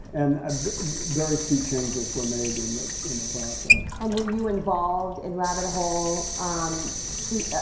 and ah very few changes were made in the in the process. and were you involved in rabbit hole um pre, ah